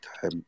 time